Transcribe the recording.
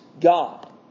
God